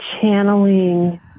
channeling